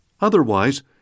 Otherwise